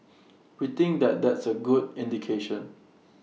we think that that's A good indication